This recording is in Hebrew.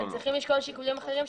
הם צריכים לשקול שיקולים אחרים.